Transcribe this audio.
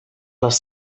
les